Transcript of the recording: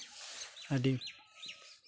ᱟᱹᱰᱤ